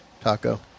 Taco